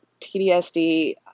PTSD